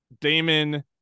Damon